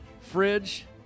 fridge